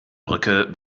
brücke